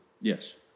Yes